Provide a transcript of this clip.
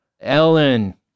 Ellen